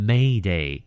Mayday